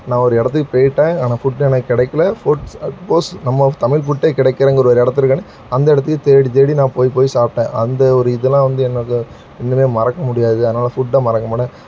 நான் ஒரு இடத்துக்கு போயிட்டேன் ஆனால் ஃபுட் எனக்கு கிடைக்கல ஃபுட் சப்போஸ் நம்ம தமிழ் ஃபுட்டே கிடைக்கலங்கிற ஒரு இடத்துருக்கனே அந்த எடுத்தையே தேடி தேடி நான் போய் போய் சாப்பிட்டேன் அந்த ஒரு இதெலாம் வந்து என்னோடய இன்னும் மறக்க முடியாது அதனால் ஃபுட்டை மறக்க மாட்டேன்